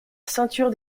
ceinture